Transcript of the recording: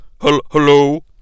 Hello